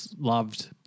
loved